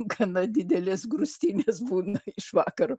gana didelės grūstynės būna iš vakaro